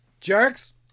Jerks